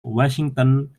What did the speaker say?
washington